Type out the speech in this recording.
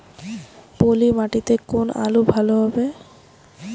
পলি মাটিতে কোন আলু ভালো হবে?